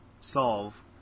solve